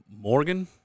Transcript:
Morgan